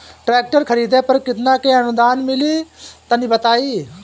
Tractor खरीदे पर कितना के अनुदान मिली तनि बताई?